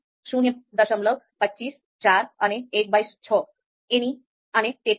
૨૫ ૪ અને ૧૬ અને તેથી વધુ